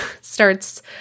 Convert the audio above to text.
starts